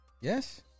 yes